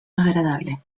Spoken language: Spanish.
agradable